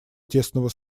тесного